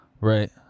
Right